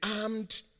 armed